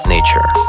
Nature